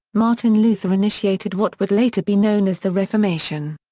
martin luther initiated what would later be known as the reformation.